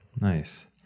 Nice